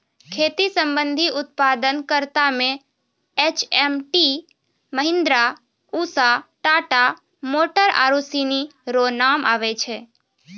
खेती संबंधी उप्तादन करता मे एच.एम.टी, महीन्द्रा, उसा, टाटा मोटर आरु सनी रो नाम आबै छै